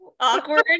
awkward